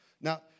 Now